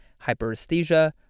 hyperesthesia